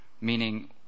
Meaning